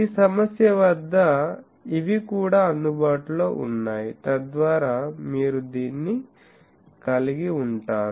ఈ సమస్య వద్ద ఇవి కూడా అందుబాటులో ఉన్నాయి తద్వారా మీరు దీన్ని కలిగి ఉంటారు